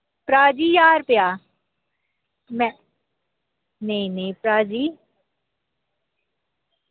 भ्रा जी ज्हार रपेया मैं नेईं नेईं भ्रा जी